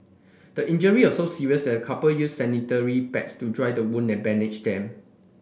the injury were so serious that the couple used sanitary pads to dry the wound and bandage them